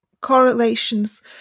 correlations